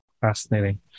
fascinating